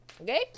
Okay